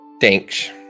thanks